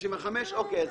אנחנו